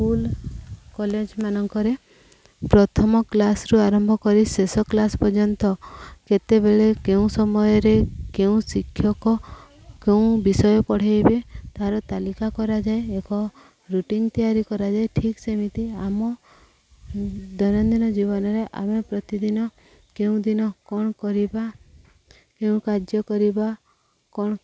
school college ମାନଙ୍କରେ ପ୍ରଥମ କ୍ଲାସ୍ରୁ ଆରମ୍ଭ କରି ଶେଷ କ୍ଲାସ୍ ପର୍ଯ୍ୟନ୍ତ କେତେବେଳେ କେଉଁ ସମୟରେ କେଉଁ ଶିକ୍ଷକ କେଉଁ ବିଷୟ ପଢ଼େଇବେ ତାର ତାଲିକା କରାଯାଏ ଏକ ରୁଟିନ୍ ତିଆରି କରାଯାଏ ଠିକ୍ ସେମିତି ଆମ ଦୈନନ୍ଦିନ ଜୀବନରେ ଆମେ ପ୍ରତିଦିନ କେଉଁ ଦିନ କ'ଣ କରିବା କେଉଁ କାର୍ଯ୍ୟ କରିବା କ'ଣ